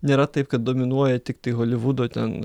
nėra taip kad dominuoja tik tai holivudo ten